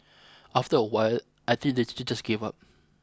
after a while I think the teachers just gave up